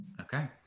okay